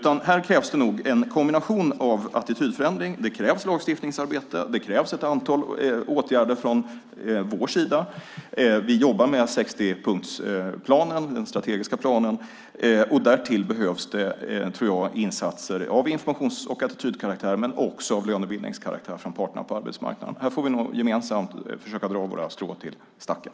Här krävs det nog en kombination av attitydförändring, lagstiftningsarbete och ett antal åtgärder från vår sida. Vi jobbar med den strategiska 60-punktsplanen. Därtill behövs det insatser av informations och attitydkaraktär men också lönebildningskaraktär från parterna på arbetsmarknaden. Här får vi nog gemensamt försöka dra våra strån till stacken.